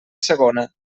segona